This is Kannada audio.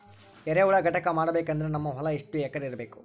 ಎರೆಹುಳ ಘಟಕ ಮಾಡಬೇಕಂದ್ರೆ ನಮ್ಮ ಹೊಲ ಎಷ್ಟು ಎಕರ್ ಇರಬೇಕು?